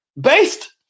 based